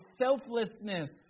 selflessness